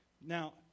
Now